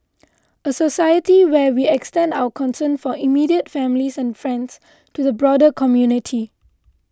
a society where we extend our concern for immediate families and friends to the broader community